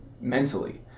mentally